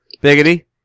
Biggity